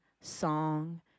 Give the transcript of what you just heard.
song